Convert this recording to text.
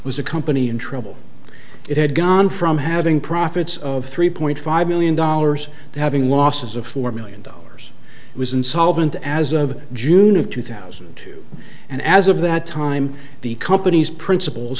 was a company in trouble it had gone from having profits of three point five million dollars to having losses of four million dollars it was insolvent as of june of two thousand and two and as of that time the company's principals